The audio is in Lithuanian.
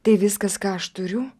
tai viskas ką aš turiu